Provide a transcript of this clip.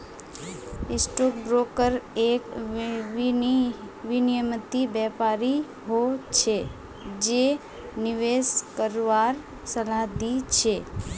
stock broker एक विनियमित व्यापारी हो छै जे निवेश करवार सलाह दी छै